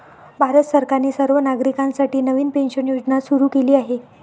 भारत सरकारने सर्व नागरिकांसाठी नवीन पेन्शन योजना सुरू केली आहे